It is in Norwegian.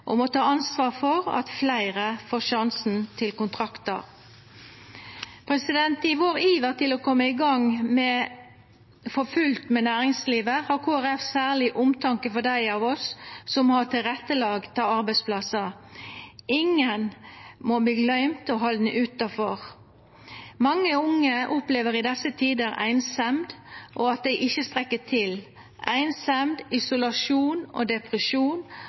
gang for fullt med næringslivet har Kristeleg Folkeparti særleg omtanke for dei av oss som må ha tilrettelagde arbeidsplassar. Ingen må verta gløymde og haldne utanfor. Mange unge opplever i desse tider einsemd og at dei ikkje strekkjer til. Einsemd, isolasjon og depresjon